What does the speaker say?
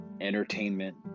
entertainment